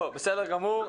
בסדר גמור.